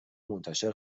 منتشر